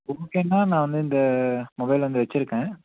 உங்களுக்கு வேணால் நான் வந்து இந்த மொபைல் வந்து வச்சிருக்கேன்